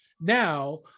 now